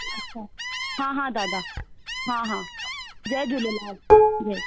अच्छा हा हा दादा हा हा जय झूलेलाल जय